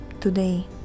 today